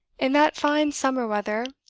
in that fine summer weather,